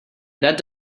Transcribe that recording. that